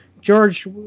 George